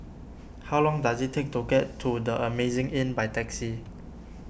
how long does it take to get to the Amazing Inn by taxi